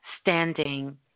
standing